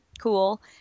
cool